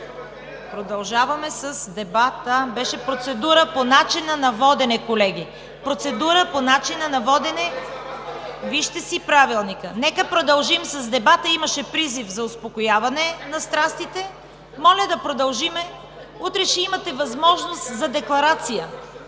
Продължаваме с дебата! Имаше процедура по начина на водене, колеги. Вижте си Правилника. Нека продължим с дебата. Имаше призив за успокояване на страстите. Моля да продължим, утре ще имате възможност за декларация.